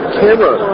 camera